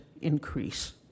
increase